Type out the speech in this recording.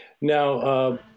Now